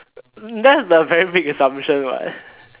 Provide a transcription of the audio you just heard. that's the very big assumption what